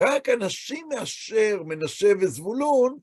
רק אנשים מאשר מנשה וזבולון